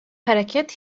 hareket